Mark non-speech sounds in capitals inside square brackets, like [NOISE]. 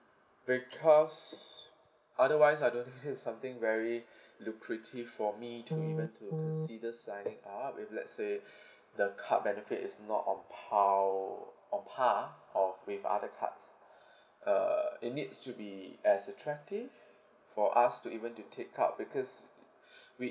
because otherwise I don't this is something very [BREATH] lucrative for me to even to consider signing up with let's say [BREATH] the card benefit is not on par on par of with other cards [BREATH] uh it needs to be as attractive for us to even to take up because [BREATH] we